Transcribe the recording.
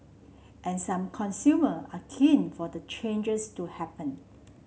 and some consumer are keen for the changes to happen